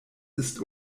ist